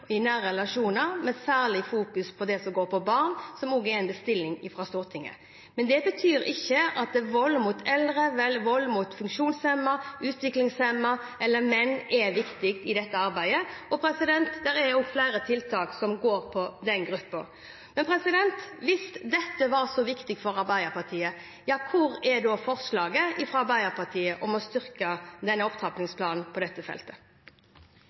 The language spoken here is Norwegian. i nære relasjoner med særlig fokus på det som handler om barn, og er en bestilling fra Stortinget. Men det betyr ikke at vold mot eldre, mot funksjonshemmede, mot utviklingshemmede eller mot menn ikke er viktig i dette arbeidet – det er også flere tiltak som går på den gruppen. Hvis dette var så viktig for Arbeiderpartiet, hvor er da forslaget fra Arbeiderpartiet om å styrke opptrappingsplanen på dette feltet?